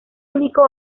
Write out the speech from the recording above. único